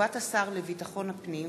הודעת השר לביטחון הפנים